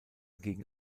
gegen